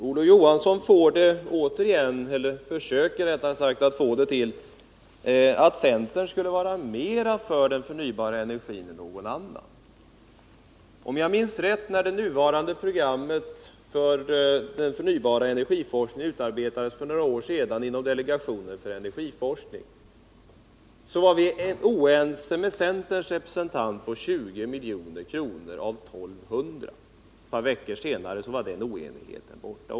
Olof Johansson försöker ge sken av att centern är mera för förnybar energi än någon annan. När det nuvarande programmet för forskning om den förnybara energin utarbetades för några år sedan inom delegationen för energiforskning var vi oense med centerns representanter beträffande, om jag minns rätt, 20 milj.kr. av 1 200 milj.kr. Ett par veckor senare var också den oenigheten borta.